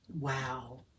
Wow